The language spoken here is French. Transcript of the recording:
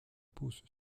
poussent